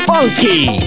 Funky